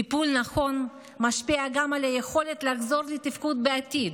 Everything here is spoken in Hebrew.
טיפול נכון משפיע גם על היכולת לחזור לתפקוד בעתיד.